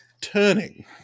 turning